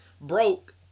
broke